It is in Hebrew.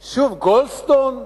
שוב, גולדסטון,